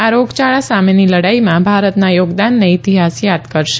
આ રોગયાળા સામેની લડાઇમાં ભારતના યોગદાનને ઇતિહાસ યાદ કરશે